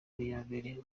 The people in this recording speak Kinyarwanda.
habiyambere